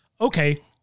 Okay